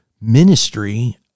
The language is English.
ministry